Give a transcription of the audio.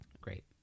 great